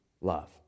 love